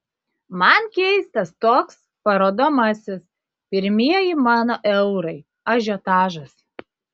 man keistas toks parodomasis pirmieji mano eurai ažiotažas